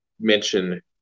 mention